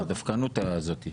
הדווקנות הזאת.